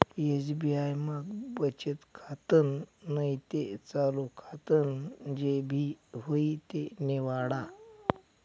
SBI मा बचत खातं नैते चालू खातं जे भी व्हयी ते निवाडा